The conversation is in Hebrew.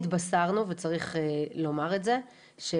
צריך לומר את זה,